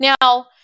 Now